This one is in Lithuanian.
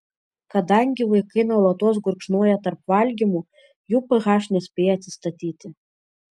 kadangi vaikai nuolatos gurkšnoja tarp valgymų jų ph nespėja atsistatyti